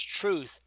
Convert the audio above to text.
truth